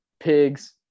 pigs